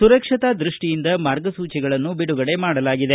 ಸುರಕ್ಷತಾ ದೃಷ್ಷಿಯಿಂದ ಮಾರ್ಗಸೂಚಿಗಳನ್ನು ಬಿಡುಗಡೆ ಮಾಡಲಾಗಿದೆ